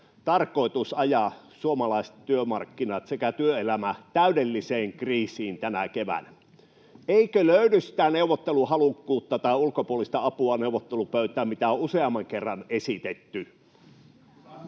tarkoitus ajaa suomalaiset työmarkkinat sekä työelämä täydelliseen kriisiin tänä keväänä? Eikö löydy sitä neuvotteluhalukkuutta tai ulkopuolista apua neuvottelupöytään, mitä on useamman kerran esitetty?